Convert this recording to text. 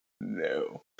no